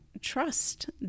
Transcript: trust